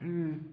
ಹ್ಞೂ